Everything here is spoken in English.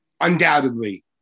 undoubtedly